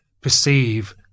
perceive